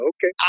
Okay